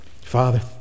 Father